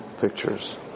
pictures